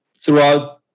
throughout